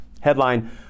headline